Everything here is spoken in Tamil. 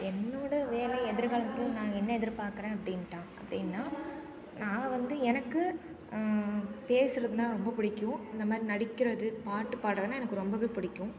என்னோடய வேலை எதிர்காலத்தில் நாங்கள் என்ன எதிர்பாக்கிறேன் அப்படின்ட்டாக் அப்படின்னா நாங்கள் வந்து எனக்கு பேசுறதுனா ரொம்ப பிடிக்கும் இந்தமாதிரி நடிக்கிறது பாட்டு பாடுறதுனா எனக்கு ரொம்பவே பிடிக்கும்